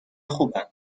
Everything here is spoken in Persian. خوبم